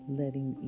letting